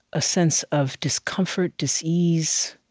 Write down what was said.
a sense of discomfort, dis-ease,